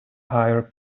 higher